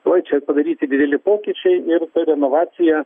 uoj čia padaryti dideli pokyčiai ir ta renovacija